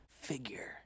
figure